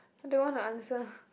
don't wanna answer